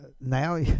now